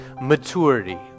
maturity